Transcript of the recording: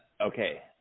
okay